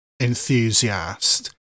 enthusiast